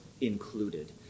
included